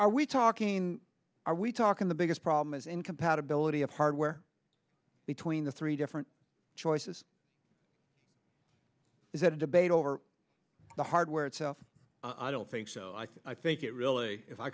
are we talking are we talking the biggest problem is in compatibility of hardware between the three different choices is the debate over the hardware itself i don't think so i think it really if i